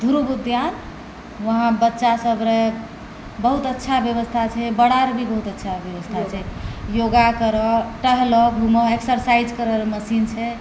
धूर्व उद्यान वहाँ बच्चा सब रऽ बहुत अच्छा व्यवस्था छै बड़ा आओर भी बहुत अच्छा व्यवस्था छै योगा करब टहलऽ घूमऽ एक्सर्सायज करय लए मशीन छै